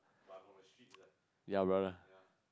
ya brother